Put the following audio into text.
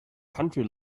country